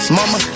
Mama